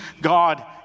God